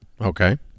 Okay